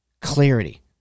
Clarity